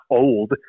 old